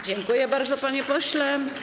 Dziękuję bardzo, panie pośle.